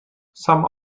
some